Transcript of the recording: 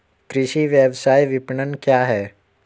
कृषि व्यवसाय विपणन क्या है?